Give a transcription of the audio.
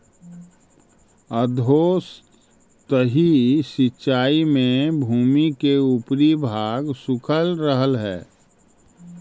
अधोसतही सिंचाई में भूमि के ऊपरी भाग सूखल रहऽ हइ